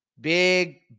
Big